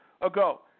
ago